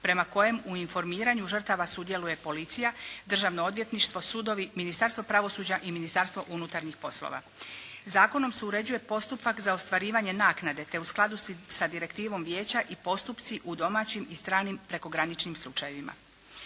prema kojem u informiranju žrtava sudjeluje policija, državno odvjetništvo, sudovi, Ministarstvo pravosuđa i Ministarstvo unutarnjih poslova. Zakonom se uređuje postupak za ostvarivanje naknade, te u skladu sa direktivom Vijeća i postupci u domaćim i stranim prekograničnim slučajevima.